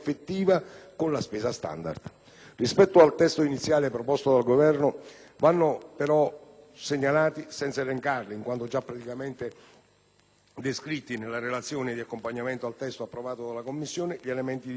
Rispetto al testo iniziale proposto dal Governo, vanno poi segnalati (senza elencarli in quanto già precisamente descritti nella relazione di accompagnamento al testo approvato dalle Commissioni) gli elementi di novità apportati in Commissione: